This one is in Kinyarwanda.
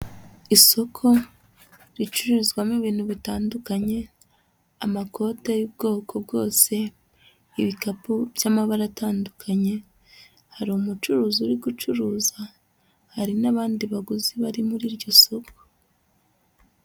Isoko ricururizwamo ibintu bitandukanye, amakote y'ubwoko bwose, ibikapu by'amabara atandukanye. Hari umucuruzi uri gucuruza, hari n'abandi baguzi bari muri iryo soko.